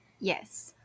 Yes